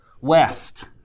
West